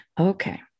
Okay